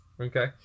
Okay